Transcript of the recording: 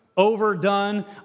overdone